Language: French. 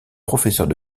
professeurs